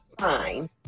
fine